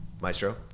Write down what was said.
Maestro